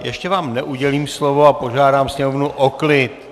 Ještě vám neudělím slovo a požádám sněmovnu o klid!